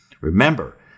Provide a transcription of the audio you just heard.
Remember